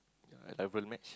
ya I never match